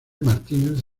martínez